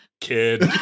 kid